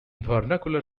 vernacular